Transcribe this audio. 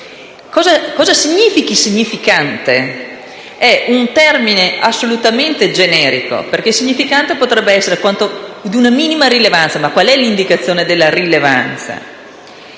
Cosa significa «significante»? È un termine assolutamente generico, perché il significante potrebbe essere di una minima rilevanza. Ma qual è l'indicazione della rilevanza?